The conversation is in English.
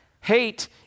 Hate